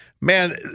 Man